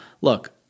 look